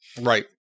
Right